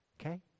Okay